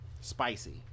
spicy